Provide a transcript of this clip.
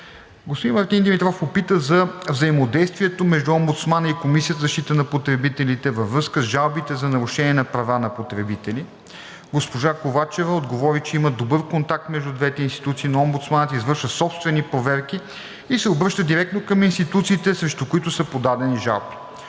Господин Мартин Димитров попита за взаимодействието между омбудсмана и Комисията за защита на потребителите във връзка с жалбите за нарушения на права на потребителите. Госпожа Диана Ковачева отговори, че има добър контакт между двете институции, но омбудсманът извършва собствени проверки и се обръща директно към институциите, срещу които са подадени жалби.